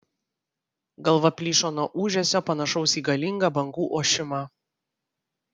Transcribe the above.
galva plyšo nuo ūžesio panašaus į galingą bangų ošimą